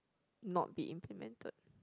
not be implemented